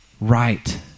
right